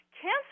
Cancer